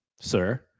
sir